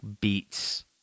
beats